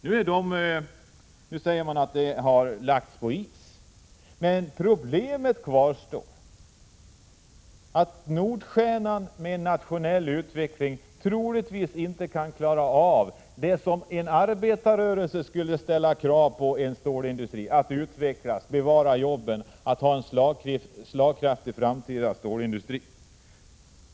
Nu säger man att dessa planer lagts på is, men problemet kvarstår att Nordstjernan med nationell utveckling troligtvis inte kan klara av vad en arbetarrörelse kräver av en stålindustri, nämligen att den skall utvecklas, bevara arbetstillfällena och utgöra en slagkraftig framtida stålindustri.